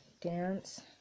dance